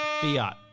Fiat